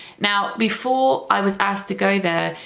now, before i was asked to go there,